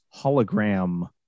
hologram